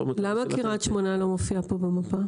קריית שמונה לא מופיעה פה במפה?